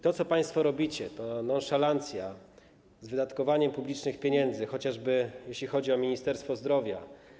To, co państwo robicie, to nonszalancja w wydatkowaniu publicznych pieniędzy, chociażby jeśli chodzi o Ministerstwo Zdrowia.